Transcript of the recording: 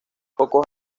pocos